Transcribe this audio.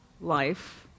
life